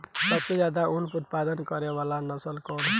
सबसे ज्यादा उन उत्पादन करे वाला नस्ल कवन ह?